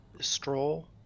stroll